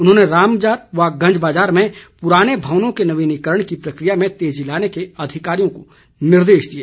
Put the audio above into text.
उन्होंने राम व गंज बाजार में पुराने भवनों के नवीनीकरण की प्रक्रिया में तेजी लाने के अधिकारियों को निर्देश दिए